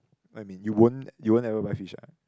what you mean you won't you won't ever buy fish ah